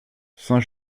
saint